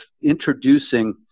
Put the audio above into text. introducing